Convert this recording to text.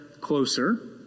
closer